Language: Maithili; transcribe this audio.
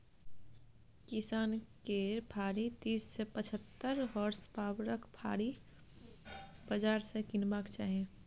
किसान केँ फारी तीस सँ पचहत्तर होर्सपाबरक फाड़ी बजार सँ कीनबाक चाही